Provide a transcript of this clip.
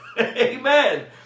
amen